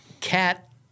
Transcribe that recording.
Cat